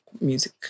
music